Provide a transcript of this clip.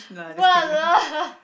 what lah